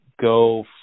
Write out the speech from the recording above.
go